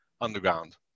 Underground